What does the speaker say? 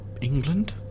England